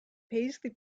paisley